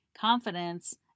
confidence